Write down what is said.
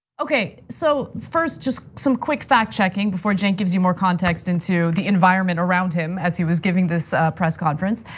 okay, so first just some quick fact checking before cenk gives you more context into the environment around him as he was giving this press conference.